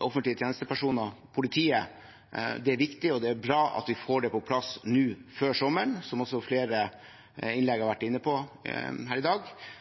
offentlige tjenestepersoner, politiet. Det er viktig og bra at vi får det på plass nå før sommeren, som flere har vært inne på i innlegg her i dag.